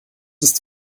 ist